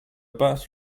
birth